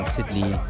Sydney